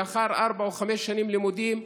לאחר ארבע או חמש שנים לימודים,